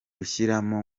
rushyiramo